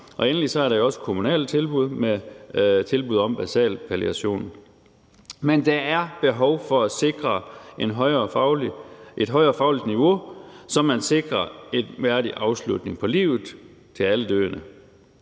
og endelig er der jo også kommunale tilbud, hvor der tilbydes basal palliation. Men der er behov for at sikre et højere fagligt niveau, så man sikrer en værdig afslutning på livet til alle døende.